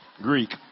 Greek